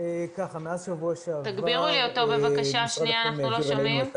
מאז שבוע שעבר משרד הפנים העביר אלינו את